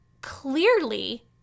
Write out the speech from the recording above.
clearly